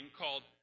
called